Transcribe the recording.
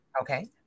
Okay